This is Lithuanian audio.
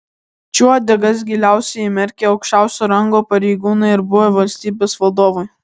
čia uodegas giliausiai įmerkę aukščiausio rango pareigūnai ir buvę valstybės vadovai